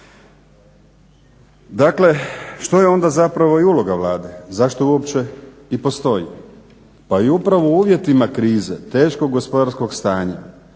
Dakle što je onda uloga Vlade? Zašto uopće i postoji? Pa i upravo u uvjetima krize teškog gospodarskog stanja,